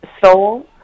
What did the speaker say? soul